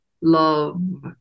Love